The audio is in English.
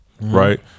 right